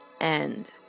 end